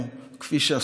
כפי שגילו הדורות לפנינו,